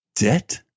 Debt